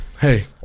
Hey